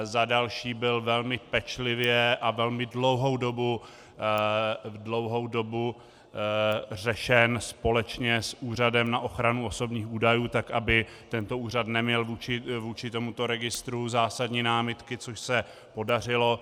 Za další byl velmi pečlivě a velmi dlouhou dobu řešen společně s Úřadem na ochranu osobních údajů tak, aby tento úřad neměl vůči tomuto registru zásadní námitky, což se podařilo.